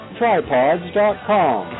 tripods.com